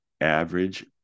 average